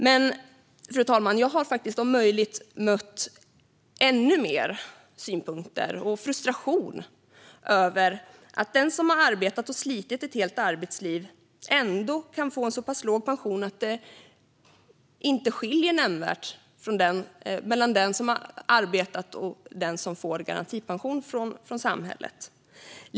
Men, fru talman, jag har faktiskt, om möjligt, mött ännu fler synpunkter kring och frustration över att den som har arbetat och slitit ett helt arbetsliv kan få en så pass låg pension att det inte skiljer nämnvärt mellan den som har arbetat och den som får garantipension från samhället.